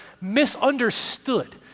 misunderstood